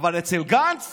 אבל אצל גנץ